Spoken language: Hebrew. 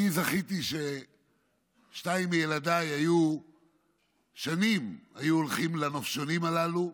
אני זכיתי ושניים מילדיי היו הולכים שנים לנופשונים הללו,